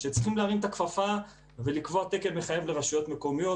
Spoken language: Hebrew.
שצריך להרים את הכפפה ולקבוע תקן מחייב לרשויות מקומיות,